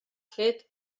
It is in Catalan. fet